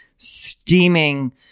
steaming